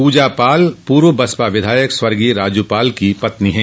पूजा पाल पूर्व बसपा विधायक स्वर्गीय राजू पाल की पत्नी हैं